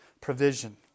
provision